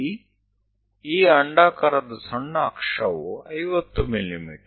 ಇಲ್ಲಿ ಈ ಅಂಡಾಕಾರದ ಸಣ್ಣ ಅಕ್ಷವು 50 ಮಿ